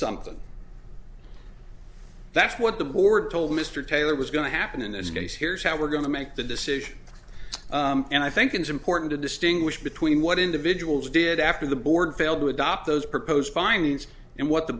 something that's what the board told mr taylor was going to happen in this case here's how we're going to make the decision and i think it's important to distinguish between what individuals did after the board failed to adopt those proposed findings and what the